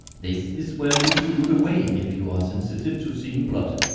this is where you should look away if you are sensitive to seeing blood.